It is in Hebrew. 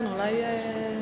לרשותך, אדוני,